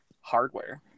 hardware